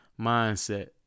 mindset